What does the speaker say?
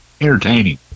entertaining